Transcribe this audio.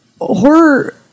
horror